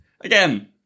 Again